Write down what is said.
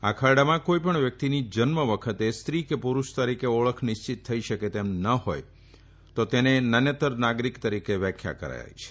આ ખરડામાં કોઇપણ વ્યકિતની જન્મ વખતે સ્ત્રી કે પુરૂષ તરીકે ઓળખ નિશ્ચિત થઇ શકે તેમ ન હોઇ તેને નાન્યતર નાગરીક તરીકે વ્યાખ્યા કરાઇ છે